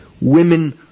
Women